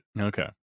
Okay